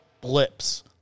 blips